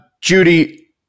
Judy